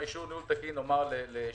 על סדר-היום: אישור מוסדות ציבור לעניין